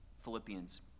Philippians